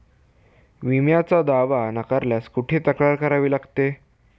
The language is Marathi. विम्याचा दावा नाकारल्यास कुठे तक्रार करावी लागेल?